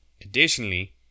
Additionally